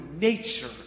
nature